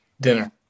Dinner